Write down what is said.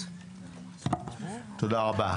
תודה רבה.